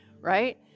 right